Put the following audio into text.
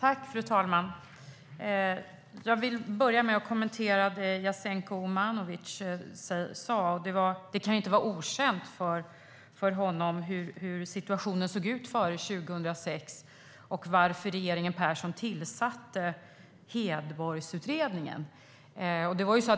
Fru talman! Jag vill börja med att kommentera det som Jasenko Omanovic sa. Det kan ju inte vara okänt för honom hur situationen såg ut före 2006 och varför regeringen Persson tillsatte Hedborgsutredningen.